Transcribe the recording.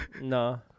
no